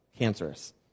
Cancerous